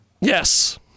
Yes